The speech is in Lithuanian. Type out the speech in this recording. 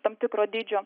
tam tikro dydžio